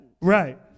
Right